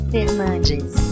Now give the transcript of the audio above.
Fernandes